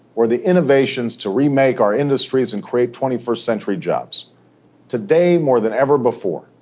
or the innovations to remake our industries and create twenty first century jobs today, more than ever before,